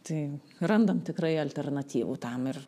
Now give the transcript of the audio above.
tai randam tikrai alternatyvų tam ir